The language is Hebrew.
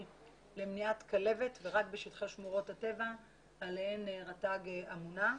למניעת כלבת ורק בשטחי שמורות הטבע עליהן רט"ג אמונה.